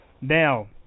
now